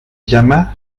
llama